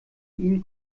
ihn